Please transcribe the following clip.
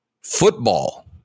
Football